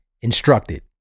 instructed